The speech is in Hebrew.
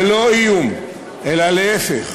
ללא איום, אלא להפך.